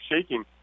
shaking